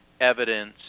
evidence